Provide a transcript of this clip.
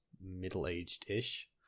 middle-aged-ish